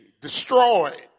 destroyed